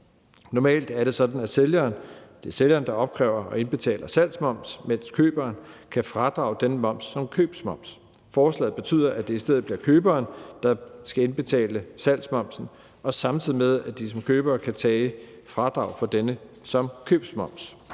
Normalt er det sådan, at det er sælgeren, der opkræver og indbetaler salgsmoms, mens køberen kan fradrage denne moms som købsmoms. Forslaget betyder, at det i stedet bliver køberen, der skal indbetale salgsmomsen, samtidig med at køberen kan tage fradrag for denne som købsmoms.